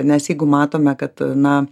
nes jeigu matome kad na